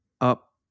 up